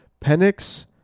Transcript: Penix